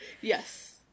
Yes